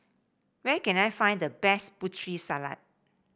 where can I find the best Putri Salad